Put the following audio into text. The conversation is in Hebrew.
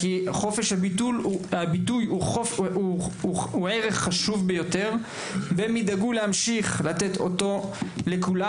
כי חופש הביטוי הוא ערך חשוב ביותר והם ידאגו להמשיך לתת אותו לכולם,